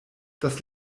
das